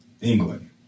England